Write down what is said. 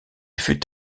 fut